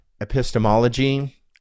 epistemology